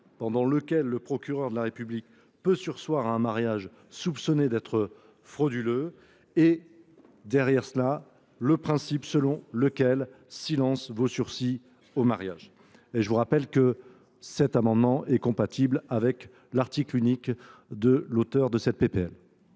pendant lequel le procureur de la République peut surseoir à un mariage soupçonné d’être frauduleux et instaurer le principe selon lequel le silence vaut sursis au mariage. Je précise que cet amendement est compatible avec l’article unique de cette